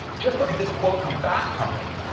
just look at this quote from fast company.